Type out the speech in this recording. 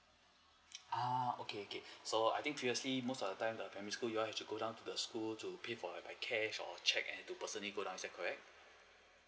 uh okay okay so I think previously most of the time the primary school you have to go down to the school to pay for it by cash or cheque and to personally go down is that correct